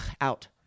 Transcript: Out